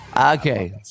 Okay